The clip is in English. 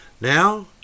now